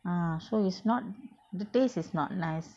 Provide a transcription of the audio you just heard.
ah so it's not the taste is not nice